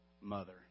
mother